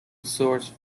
source